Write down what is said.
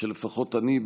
שלפחות אני,